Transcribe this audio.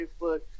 Facebook